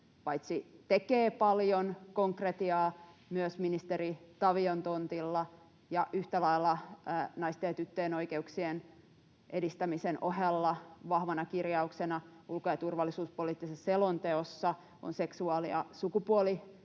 hallitus tekee paljon konkretiaa myös ministeri Tavion tontilla, ja yhtä lailla naisten ja tyttöjen oikeuksien edistämisen ohella vahvana kirjauksena ulko- ja turvallisuuspoliittisessa selonteossa on seksuaali- ja sukupuolivähemmistöjen